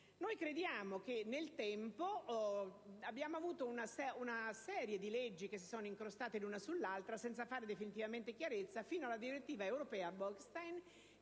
salvaguardata. Nel tempo abbiamo avuto una serie di leggi che si sono incrostate l'una sull'altra senza fare definitivamente chiarezza, fino alla direttiva europea Bolkestein,